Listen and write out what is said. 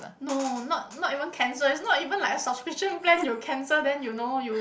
no not not even cancel it's not even like it's a subscription plan you cancel then you know you